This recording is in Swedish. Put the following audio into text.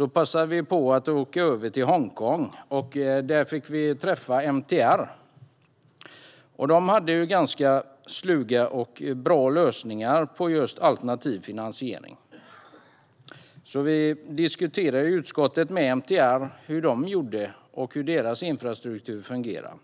Vi passade på att åka till Hongkong, där vi fick träffa MTR. De hade ganska sluga och bra lösningar på just alternativ finansiering, så vi i utskottet diskuterade med MTR hur de gjorde och hur deras infrastruktur fungerade.